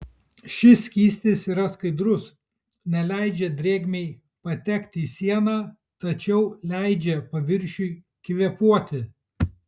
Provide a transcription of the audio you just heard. šis skystis yra skaidrus neleidžia drėgmei patekti į sieną tačiau leidžia paviršiui kvėpuoti